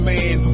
Man